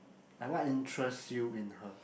like what interest you in her